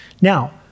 Now